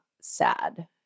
sad